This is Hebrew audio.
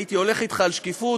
הייתי הולך אתך על שקיפות.